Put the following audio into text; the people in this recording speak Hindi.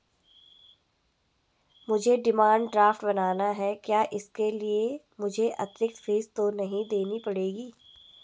मुझे डिमांड ड्राफ्ट बनाना है क्या इसके लिए मुझे अतिरिक्त फीस तो नहीं देनी पड़ेगी?